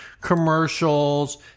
commercials